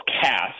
cast